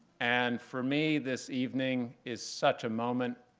and for me, this evening is such a moment.